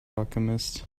alchemist